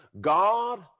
God